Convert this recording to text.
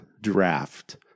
Draft